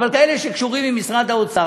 אבל כאלה שקשורים עם משרד האוצר,